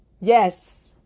Yes